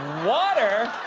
water!